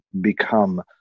become